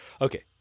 Okay